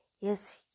Yes